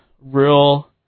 real